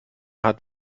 hat